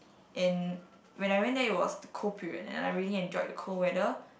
and when I went there it was cold period and I really enjoyed the cold weather